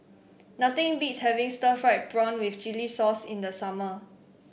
nothing beats having Stir Fried Prawn with Chili Sauce in the summer